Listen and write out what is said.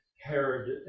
Herod